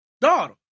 daughter